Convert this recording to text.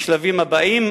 בשלבים הבאים.